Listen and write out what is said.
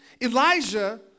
Elijah